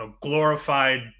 glorified